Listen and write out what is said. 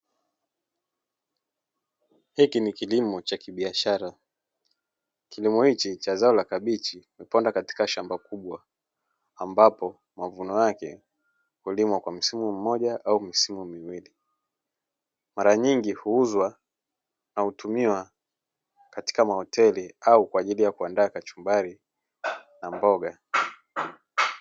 Hiki ni kilimo cha kibiashara. Kilimo hichi cha zao la kabichi kimepandwa katika shamba kubwa ambapo mavuno yake hulimwa kwa msimu mmoja au misimu miwili. Mara nyingi huuzwa na hutumiwa katika mahoteli au kwa ajili ya kuandaa kachumbari na mboga.